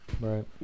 right